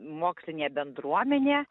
mokslinė bendruomenė